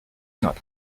not